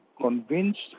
convinced